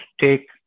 take